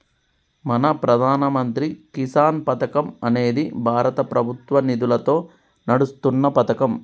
మన ప్రధాన మంత్రి కిసాన్ పథకం అనేది భారత ప్రభుత్వ నిధులతో నడుస్తున్న పతకం